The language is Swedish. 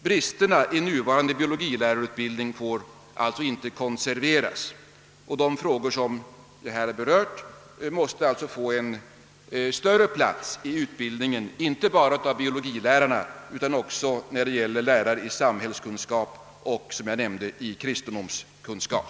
Bristerna i nuvarande biologilärarutbildning får inte konserveras, utan de frågor som jag här berört måste få en större plats inte bara vid utbildningen av biologilärare utan också vid utbildningen av lärare i samhällskunskap och, som jag nämnde, i kristendomskunskap.